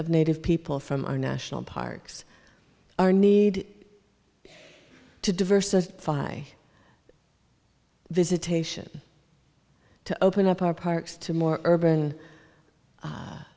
of native people from our national parks our need to diversify visitation to open up our parks to more urban